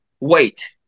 wait